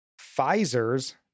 Pfizer's